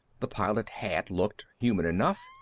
the pilot had looked human enough,